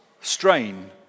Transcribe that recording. strain